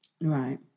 Right